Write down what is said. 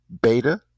Beta